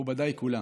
מכובדיי כולם.